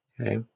Okay